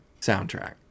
soundtrack